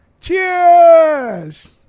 Cheers